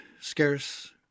scarce